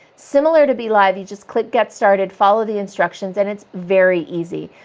similar to be live. you just click get started' follow the instructions and it's very easy.